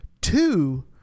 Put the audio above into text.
two